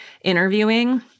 interviewing –